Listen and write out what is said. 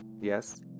Yes